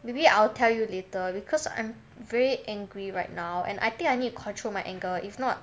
maybe I'll tell you later because I'm very angry right now and I think I need to control my anger if not